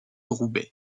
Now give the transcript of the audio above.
roubaix